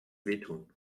wehtun